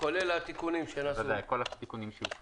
כולל כל התיקונים שהכנסנו בנוסח.